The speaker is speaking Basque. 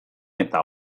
eta